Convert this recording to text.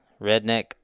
redneck